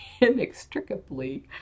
inextricably